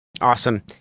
Awesome